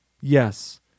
yes